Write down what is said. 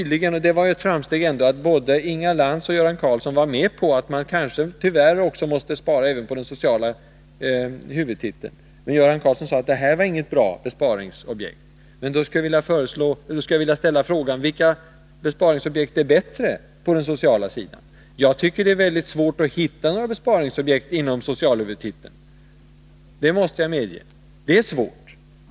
Det var ett framsteg att både Inga Lantz och Göran Karlsson var med på att man kanske tyvärr måste spara även på den sociala huvudtiteln. Men Göran Karlsson tyckte inte att det här var något bra besparingsobjekt. Vilka besparingsobjekt på den sociala sidan är bättre? Jag tycker att det är väldigt svårt att hitta några besparingsobjekt inom socialhuvudtiteln, det måste jag medge.